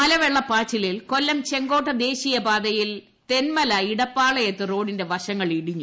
മലവെള്ളപ്പാച്ചിലിൽ കൊല്ലം ചെങ്കോട്ട ദേശീയപാതയിൽ തെൻമല ഇടപ്പാളയത്ത് റോഡിന്റെ വശങ്ങൾ ഇടിഞ്ഞു